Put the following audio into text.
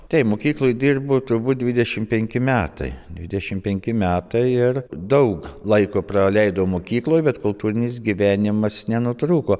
taip mokykloj dirbu turbūt dvidešim penki metai dvidešim penki metai ir daug laiko praleidau mokykloj bet kultūrinis gyvenimas nenutrūko